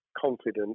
confident